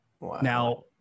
Now